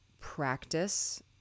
practice